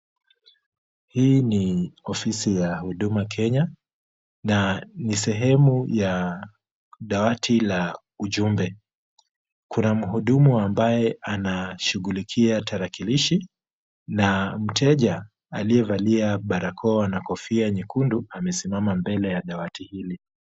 Hii ni ofisi ya Huduma Kenya na ni sehemu ya dawati la ujumbe. Kuna mhudumu ambaye anashughulikia tarakilishi na mteja aliyevalia barakoa na kofia nyekundu amesimama mbele ya dawati hili.